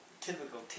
typical